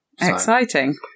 Exciting